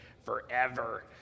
Forever